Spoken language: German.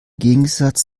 gegensatz